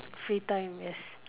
free time yes